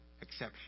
exception